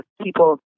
people